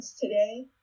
today